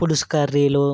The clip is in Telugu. పులుసు కర్రీలు